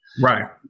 Right